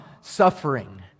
suffering